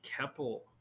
Keppel